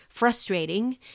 Frustrating